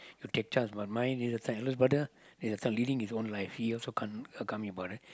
okay child's my mind is saying eldest brother at this time he living his own life he also can't can't be bothered